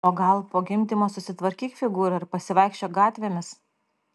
o gal po gimdymo susitvarkyk figūrą ir pasivaikščiok gatvėmis